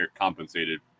compensated